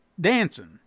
dancing